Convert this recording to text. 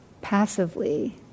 passively